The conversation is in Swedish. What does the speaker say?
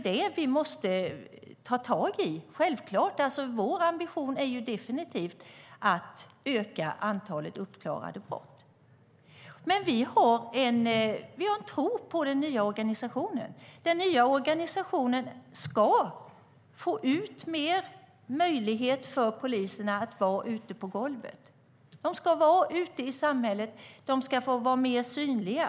Det måste vi ta tag i. Vår ambition är definitivt att öka antalet uppklarade brott. Vi har en tro på den nya organisationen. Den ska förbättra möjligheten för poliser att vara ute på golvet. De ska vara ute i samhället och vara mer synliga.